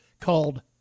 called